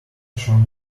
shone